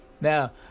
now